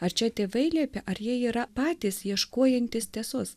ar čia tėvai liepė ar jie yra patys ieškojantys tiesos